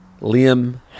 Liam